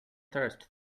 thirst